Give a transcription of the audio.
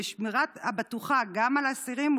בשמירתם הבטוחה של אסירים,